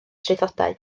traethodau